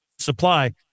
supply